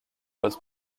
was